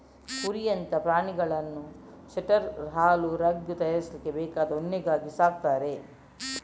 ಕುರಿಯಂತಹ ಪ್ರಾಣಿಗಳನ್ನ sweater, shawl, rug ತಯಾರಿಸ್ಲಿಕ್ಕೆ ಬೇಕಾದ ಉಣ್ಣೆಗಾಗಿ ಸಾಕ್ತಾರೆ